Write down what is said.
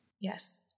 Yes